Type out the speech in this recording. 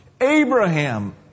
Abraham